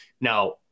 Now